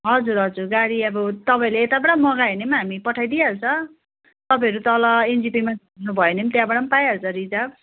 हजुर हजुर गाडी अब तपाईँहरूले यतैबाट मगायो भने पनि हामी पठाइदिइहाल्छ तपाईँहरू तल एनजेपीमा खोज्नु भयो भने त्यहाँबाट पनि पाइहाल्छ रिजर्भ